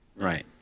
right